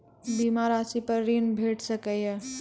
बीमा रासि पर ॠण भेट सकै ये?